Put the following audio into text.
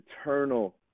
eternal